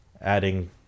adding